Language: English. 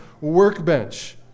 workbench